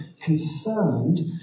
concerned